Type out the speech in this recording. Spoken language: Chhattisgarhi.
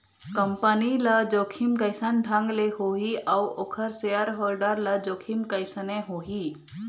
कंपनी ल जोखिम कइसन ढंग ले होही अउ ओखर सेयर होल्डर ल जोखिम कइसने होही?